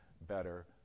better